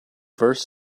first